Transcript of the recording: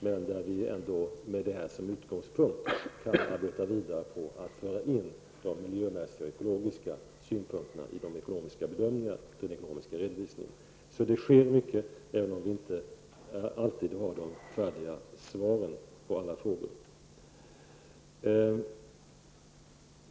Men med detta som utgångspunkt kan vi arbeta vidare med att föra in de miljömässiga och ekologiska synpunkterna i de ekonomiska bedömningarna och den ekonomiska redovisningen. De sker mycket, även om vi inte alltid har svaren färdiga på alla frågor.